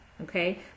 Okay